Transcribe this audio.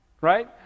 right